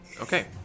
Okay